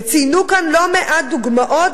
וציינו כאן לא מעט דוגמאות,